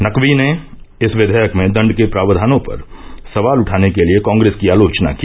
नकवी ने इस विधेयक में दंड के प्रावधानों पर सवाल उठाने के लिए कांग्रेस की आलोचना की